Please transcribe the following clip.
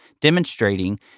demonstrating